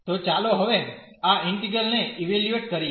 તો ચાલો હવે આ ઈન્ટિગ્રલ ને ઇવેલ્યુએટ કરીએ